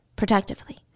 Protectively